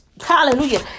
Hallelujah